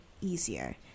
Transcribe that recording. easier